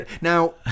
Now